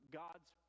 god's